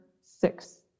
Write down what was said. six